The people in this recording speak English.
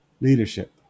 leadership